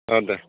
ओं दे